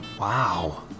wow